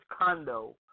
condo